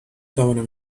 توانم